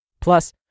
Plus